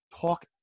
talk